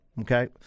Okay